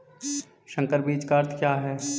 संकर बीज का अर्थ क्या है?